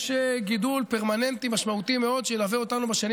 יש גידול פרמננטי משמעותי שילווה אותנו בשנים